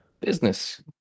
Business